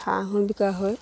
হাঁহো বিকা হয়